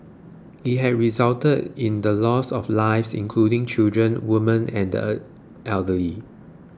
it has resulted in the loss of lives including children women and the elderly